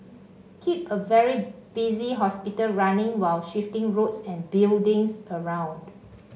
keep a very busy hospital running while shifting roads and buildings around